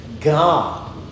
God